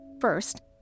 First